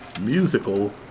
musical